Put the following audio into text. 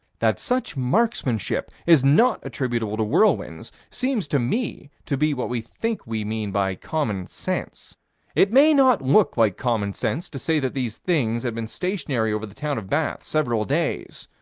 that such marksmanship is not attributable to whirlwinds seems to me to be what we think we mean by common sense it may not look like common sense to say that these things had been stationary over the town of bath, several days